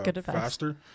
faster